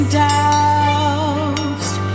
doubts